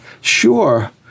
Sure